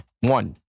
One